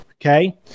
Okay